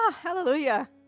Hallelujah